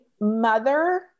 mother